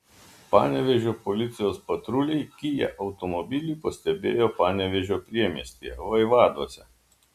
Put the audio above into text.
panevėžio policijos patruliai kia automobilį pastebėjo panevėžio priemiestyje vaivaduose